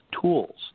tools